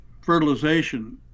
fertilization